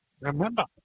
Remember